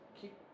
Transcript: keep